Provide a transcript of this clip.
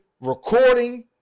recording